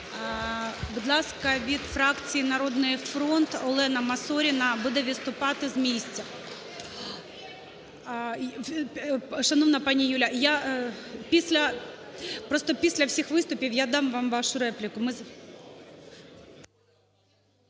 Будь ласка, від фракції "Народний фронт" Олена Масоріна буде виступати з місця. Шановна пані Юля, просто після всіх виступів я дам вам вашу репліку.